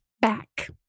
back